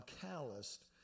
calloused